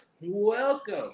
Welcome